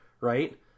right